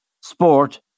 sport